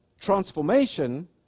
Transformation